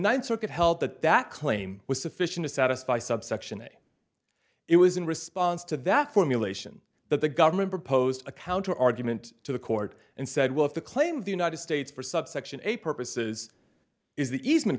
ninth circuit help that that claim was sufficient to satisfy subsection a it was in response to that formulation that the government proposed a counter argument to the court and said well if the claim of the united states for subsection eight purposes is